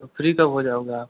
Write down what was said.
तो फ़्री कब हो जाओगे आप